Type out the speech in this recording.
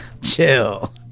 Chill